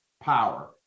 power